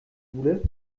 jule